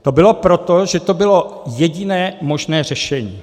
To bylo proto, že to bylo jediné možné řešení.